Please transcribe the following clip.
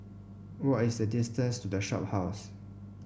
what is the distance to The Shophouse